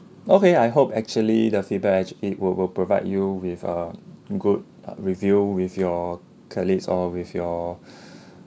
okay I hope actually the feedback actu~ it will will provide you with a good uh review with your colleagues or with your